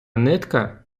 нитка